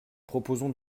proposons